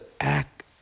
act